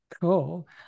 Cool